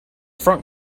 front